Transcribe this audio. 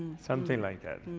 something like that,